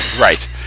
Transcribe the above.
right